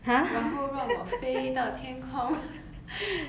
然后让我飞到天空